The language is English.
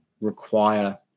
Require